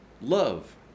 love